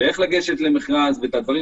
איך לגשת למכרז וכולי.